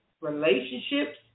relationships